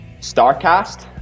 Starcast